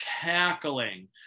Cackling